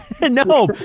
No